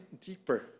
deeper